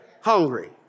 Hungry